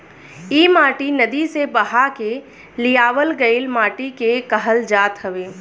इ माटी नदी से बहा के लियावल गइल माटी के कहल जात हवे